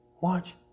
Watch